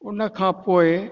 उन खां पोइ